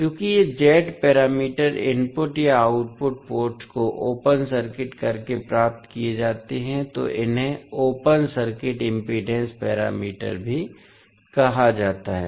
चूंकि ये z parameter input या आउटपुट पोर्ट्स को ओपन सर्किट करके प्राप्त किए जाते हैं तो इन्हें ओपन सर्किट इम्पीडेंस पैरामीटर भी कहा जाता है